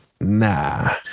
nah